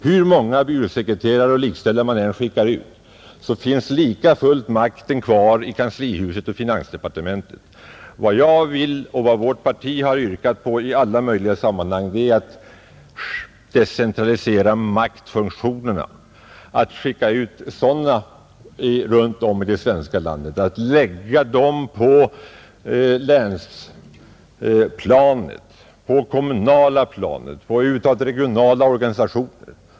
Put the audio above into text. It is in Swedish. Hur många byråsekreterara och likställda man än skickar ut, så finns likafullt makten kvar i kanslihuset och finansdepartementet. Vad jag vill och vad vårt parti yrkat på i alla möjliga sammanhang är att maktfunktionerna skall decentraliseras och läggas på länsplanet, på det kommunala planet och över huvud taget på regionala organisationer.